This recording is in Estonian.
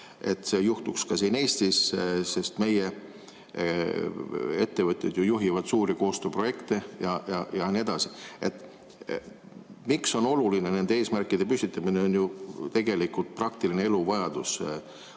et see juhtuks ka siin Eestis, sest meie ettevõtted ju juhivad suuri koostööprojekte ja nii edasi. Miks see on oluline? Nende eesmärkide püstitamine on tegelikult praktiline elu vajadus.